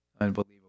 Unbelievable